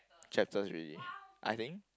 chapters already I think